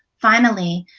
finally,